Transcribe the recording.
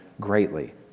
greatly